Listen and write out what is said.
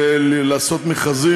לעשות מכרזים.